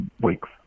weeks